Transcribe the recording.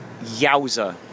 yowza